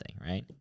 right